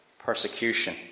Persecution